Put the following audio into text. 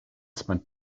spent